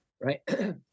right